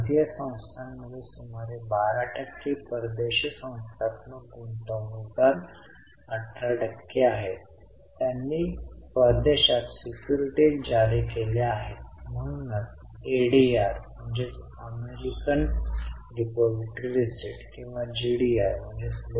च्या डिबेंचरच्या मुदतीवर सूट कारण ती दोनदा अधिक व उणे अंतरिम लाभांश एफओ प्लस व वजा ओपरेटिंग आयटम अंतर्गत येईल